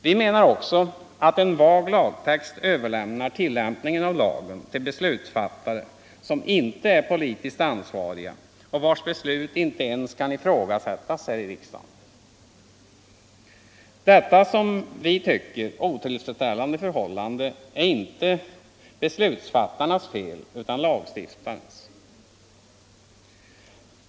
Vi menar också att en vag lagtext överlämnar tillämpningen av lagen till beslutsfattare som inte är politiskt ansvariga och vilkas beslut inte ens kan ifrågasättas här i riksdagen. Detta, - Nr 145 som vi tycker, otillfredsställande förhållande är inte beslutsfattarnas fel Lördagen den utan lagstiftarens.